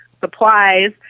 supplies